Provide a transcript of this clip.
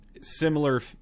Similar